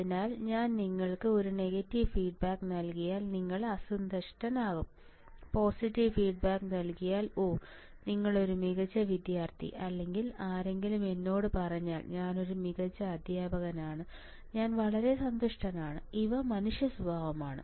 അതിനാൽ ഞാൻ നിങ്ങൾക്ക് ഒരു നെഗറ്റീവ് ഫീഡ്ബാക്ക് നൽകിയാൽ നിങ്ങൾ അസന്തുഷ്ടനാകും പോസിറ്റീവ് ഫീഡ്ബാക്ക് നൽകിയാൽ ഓ നിങ്ങളൊരു മികച്ച വിദ്യാർത്ഥി അല്ലെങ്കിൽ ആരെങ്കിലും എന്നോട് പറഞ്ഞാൽ ഞാൻ ഒരു മികച്ച അധ്യാപകനാണ് ഞാൻ വളരെ സന്തുഷ്ടനാണ് ഇവ മനുഷ്യ സ്വഭാവമാണ്